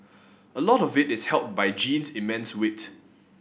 a lot of it is helped by Jean's immense wit